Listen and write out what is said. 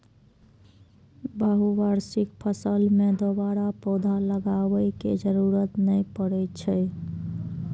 बहुवार्षिक फसल मे दोबारा पौधा लगाबै के जरूरत नै पड़ै छै